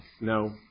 No